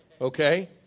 okay